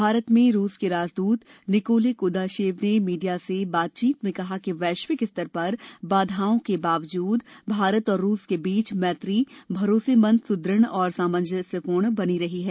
भारत में रूस के राजदूत निकोले कुदाशेव ने मीडिया से बातचीत में कहा कि वैश्विक स्तर पर बाधाओं के बावजूद भारत और रूस के बीच मैत्री भरोसेमंद सुदृढ़ और सामंजस्यपूर्ण बनी रही है